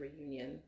reunion